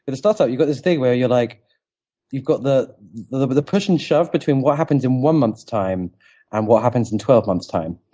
in a startup, you've got this thing where like you've got the the the push and shove between what happens in one month's time and what happens in twelve months' time.